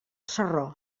sarró